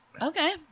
Okay